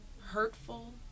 hurtful